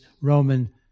Roman